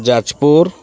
Jajpur